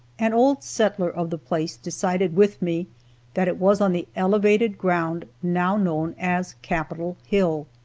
an old settler of the place decided with me that it was on the elevated ground now known as capitol hill.